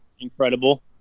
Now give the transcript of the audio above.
incredible